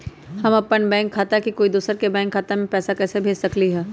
हम अपन बैंक खाता से कोई दोसर के बैंक खाता में पैसा कैसे भेज सकली ह?